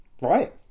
right